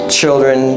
children